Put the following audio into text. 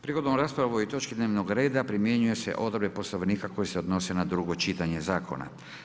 Prigodom rasprave o ovoj točki dnevnog reda primjenjuju se odredbe Poslovnika koje se odnose na drugo čitanje zakona.